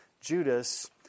Judas